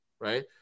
right